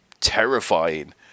terrifying